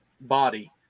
body